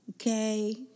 okay